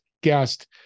guest